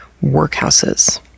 workhouses